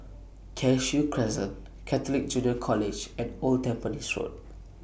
Cashew Crescent Catholic Junior College and Old Tampines Road